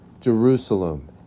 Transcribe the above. Jerusalem